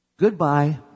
Goodbye